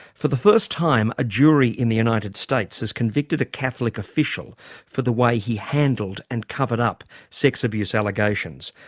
for the first time a jury in the united states has convicted a catholic official for the way he handled and covered up sex abuse allegations.